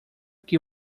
que